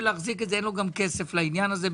להחזיק את זה; אין לו גם כסף לדבר הזה,